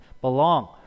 belong